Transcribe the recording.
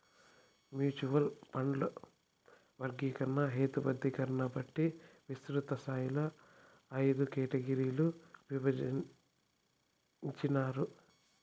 mutual ఫండ్ల వర్గీకరణ, హేతబద్ధీకరణని బట్టి విస్తృతస్థాయిలో అయిదు కేటగిరీలుగా ఇభజించినారు